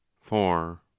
four